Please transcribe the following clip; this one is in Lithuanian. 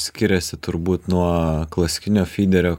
skiriasi turbūt nuo klasikinio fiderio